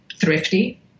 thrifty